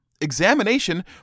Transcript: Examination